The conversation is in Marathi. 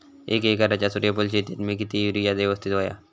एक एकरच्या सूर्यफुल शेतीत मी किती युरिया यवस्तित व्हयो?